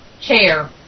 chair